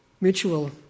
mutual